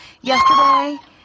Yesterday